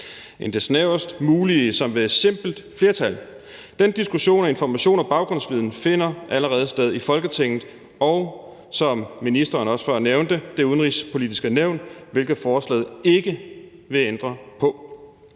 måde, nemlig ved et simpelt flertal. Den diskussion af information og baggrundsviden finder allerede sted i Folketinget, og, som ministeren også nævnte før, i Det Udenrigspolitiske Nævn, hvilket forslaget ikke vil ændre på.